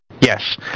Yes